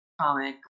comic